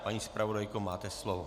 Paní zpravodajko, máte slovo.